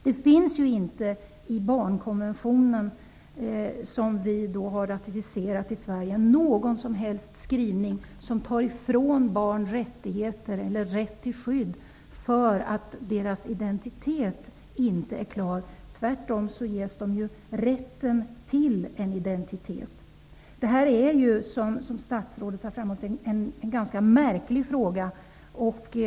Det finns inte i den barnkonvention som vi ratificerat i Sverige någon som helst skrivning som tar ifrån barn rättigheter eller rätt till skydd därför att deras identitet inte är klar. Tvärtom ges de rätten till en identitet. Det här är, som statsrådet har framhållit, en ganska märklig fråga.